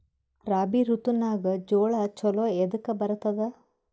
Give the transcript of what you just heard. ರಾಬಿ ಋತುನಾಗ್ ಜೋಳ ಚಲೋ ಎದಕ ಬರತದ?